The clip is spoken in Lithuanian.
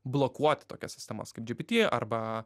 blokuoti tokias sistemas kaip gpt arba